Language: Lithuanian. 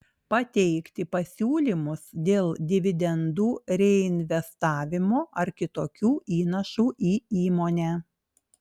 pateikti pasiūlymus dėl dividendų reinvestavimo ar kitokių įnašų į įmonę